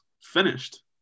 finished